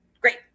Great